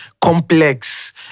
complex